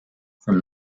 from